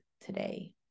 today